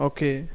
Okay